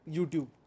YouTube